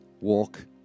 walk